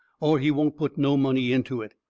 or he won't put no money into it.